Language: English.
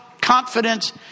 confidence